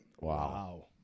Wow